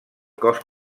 cos